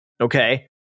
okay